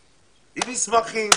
האקדמי עם מסמכים,